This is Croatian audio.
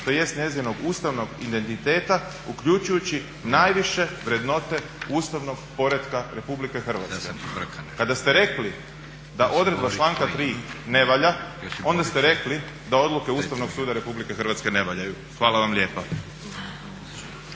tj. njezinog ustavnog identiteta uključujući najviše vrednote ustavnog poretka Republike Hrvatske.". Kada ste rekli da odredba članka 3. ne valja, onda ste rekli da odluke Ustavnog suda Republike Hrvatske ne valjaju. Hvala vam lijepa.